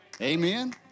Amen